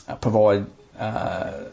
provide